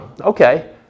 okay